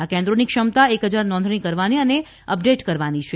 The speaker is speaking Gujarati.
આ કેન્દ્રોની ક્ષમતા એક હજાર નોંધણી કરવાની અને અપડેટ કરવાની છે